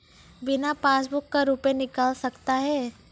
बिना पासबुक का रुपये निकल सकता हैं?